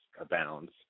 abounds